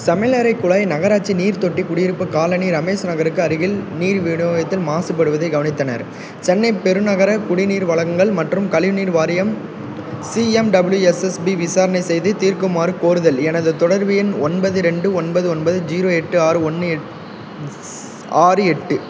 சமையலறை குழாய் நகராட்சி நீர் தொட்டி குடியிருப்பு காலனி ரமேஷ் நகருக்கு அருகில் நீர் விநியோகத்தில் மாசுபடுவதைக் கவனித்தனர் சென்னை பெருநகர குடிநீர் வழங்கல் மற்றும் கழிவுநீர் வாரியம் சிஎம்டபிள்யூஎஸ்எஸ்பி விசாரணை செய்து தீர்க்குமாறு கோருதல் எனது தொடர்பு எண் ஒன்பது ரெண்டு ஒன்பது ஒன்பது ஜீரோ எட்டு ஆறு ஒன்று எட் ஸ் ஆறு எட்டு